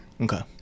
Okay